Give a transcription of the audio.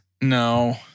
No